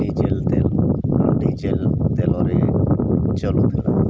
diesel ତେଲ diesel ତେଲରେ ଚଲୁଥିଲା